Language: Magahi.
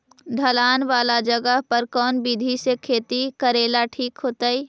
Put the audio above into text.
ढलान वाला जगह पर कौन विधी से खेती करेला ठिक होतइ?